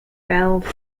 belle